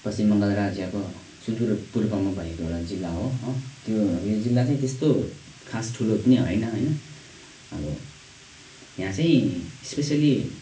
पश्चिम बङ्गाल राज्यको सुदूर पूर्वमा भएको एउटा जिल्ला हो हो त्यो यो जिल्ला चाहिँ त्यस्तो खास ठुलो पनि होइन होइन अब यहाँ चाहिँ स्पेसियली